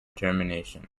termination